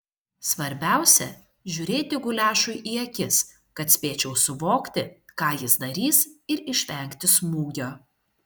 svarbiausia žiūrėti guliašui į akis kad spėčiau suvokti ką jis darys ir išvengti smūgio